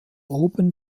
oben